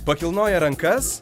pakilnoję rankas